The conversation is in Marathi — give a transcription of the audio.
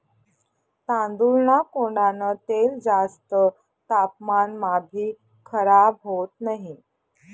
तांदूळना कोंडान तेल जास्त तापमानमाभी खराब होत नही